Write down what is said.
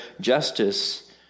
justice